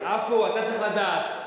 עפו, אתה צריך לדעת.